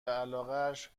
علاقش